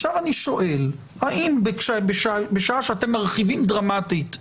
עכשיו אני שואל: האם בשעה שאתם מרחיבים דרמטית,